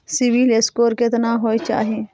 CIBIL score केतना होय चाही?